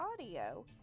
audio